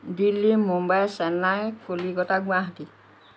Delhi Mumbai Chennai Kolkata Guwahati